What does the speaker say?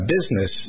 business